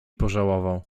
pożałował